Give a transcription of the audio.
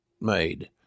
made